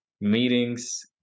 meetings